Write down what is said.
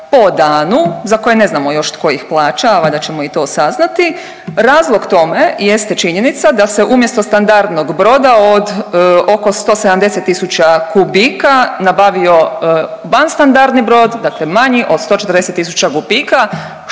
po danu za koje ne znamo još tko ih plaća, a valjda ćemo i to saznati, razlog tome jeste činjenica da se umjesto standardnog broda od oko 170 tisuća kubika nabavio van standardni brod dakle manji od 140 tisuća kubika,